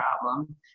problem